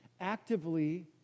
actively